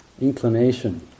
inclination